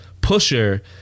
Pusher